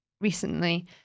recently